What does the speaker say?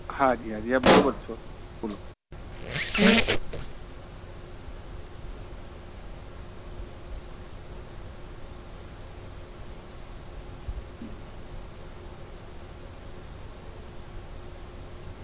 હા જી હા જી આપ બરાબર છો બોલો